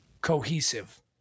cohesive